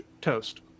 toast